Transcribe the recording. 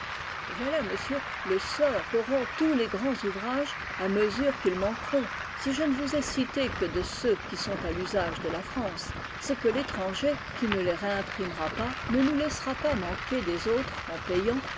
voilà monsieur le sort qu'auront tous les grands ouvrages à mesure qu'ils manqueront si je ne vous ai cité que de ceux qui sont à l'usage de la france c'est que l'étranger qui ne les réimprimera pas ne nous laissera pas manquer des autres en payant